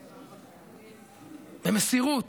במסירות,